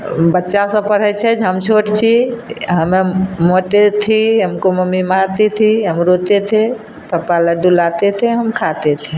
बच्चा सब पढ़ैत छै जे हम छोट छी हमरा मोटे थी हमको मम्मी मारती थी हम रोते थे पप्पा लड्डू लाते थे हम खाते थे